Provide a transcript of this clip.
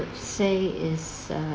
say is uh